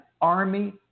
army